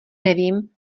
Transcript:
nevím